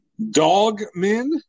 Dogmen